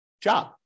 job